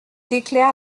éclairs